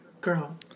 Girl